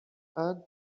and